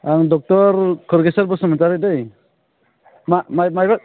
आं डक्टर कर्गेशर बसुमतारि दै मा माहायबा